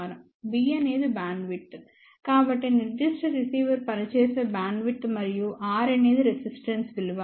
B అనేది bandwidth కాబట్టి నిర్దిష్ట రిసీవర్ పనిచేసే బ్యాండ్విడ్త్ మరియు R అనేది రెసిస్టెన్స్ విలువ